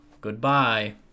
goodbye